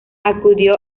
acudió